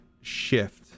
Shift